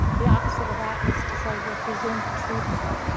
the opposite of that is to say we're presumed truthful,